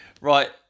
right